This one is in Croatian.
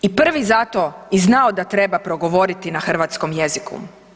I prvi zato i znao da treba progovoriti na hrvatskom jeziku.